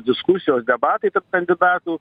diskusijos debatai tarp kandidatų